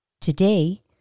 Today